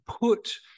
put